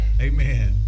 Amen